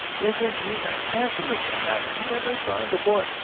isn't he the handsome thing? i never saw him before.